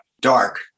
dark